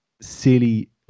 silly